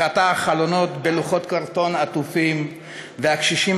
/ אך עתה חלונות בלוחות קרטון עטופים / והקשישים